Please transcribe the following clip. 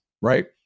right